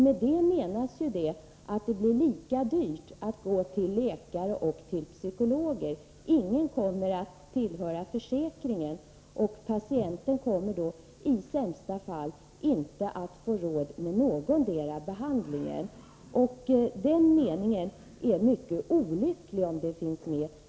Med det menas att det blir lika dyrt att gå till läkare och till psykologer. Ingen kommer att tillhöra försäkringen, och patienten kommer då i sämsta fall inte att få råd med någondera behandlingen. Det är mycket olyckligt att den meningen finns med.